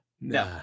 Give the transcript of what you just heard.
no